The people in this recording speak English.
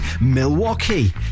Milwaukee